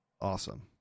awesome